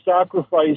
sacrifice